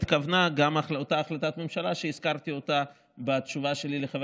התכוונה גם אותה החלטת הממשלה שהזכרתי בתשובה שלי לחבר